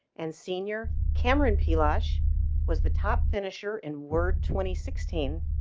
and senior cameron p losh was the top finisher in word. twenty sixteen